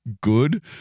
Good